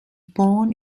born